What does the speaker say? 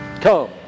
Come